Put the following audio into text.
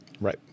Right